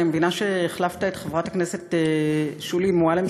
אני מבינה שהחלפת את חברת הכנסת שולי מועלם,